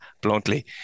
bluntly